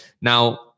Now